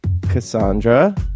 Cassandra